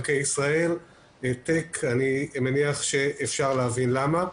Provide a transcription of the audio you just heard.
אני מניח שאפשר להבין למה.